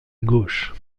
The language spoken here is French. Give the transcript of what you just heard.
gauche